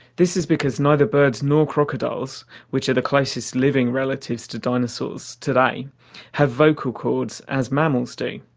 this is because neither birds, nor crocodiles which are the closest living relatives to dinosaurs today have vocal cords as mammals do.